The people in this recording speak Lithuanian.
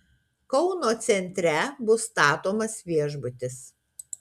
kauno centre bus statomas viešbutis